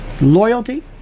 loyalty